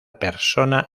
persona